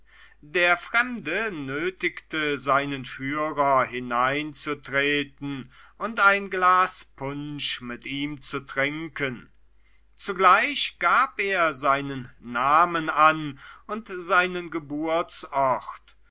der fremde nötigte seinen führer hineinzutreten und ein glas punsch mit ihm zu trinken zugleich gab er seinen namen an und seinen geburtsort